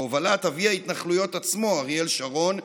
בהובלת אבי ההתנחלויות עצמו אריאל שרון,